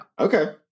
Okay